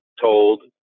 told